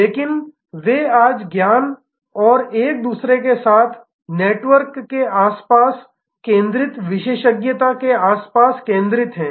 लेकिन वे आज ज्ञान और एक दूसरे के साथ नेटवर्क के आसपास केंद्रित विशेषज्ञता के आसपास केंद्रित हैं